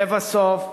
לבסוף,